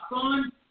son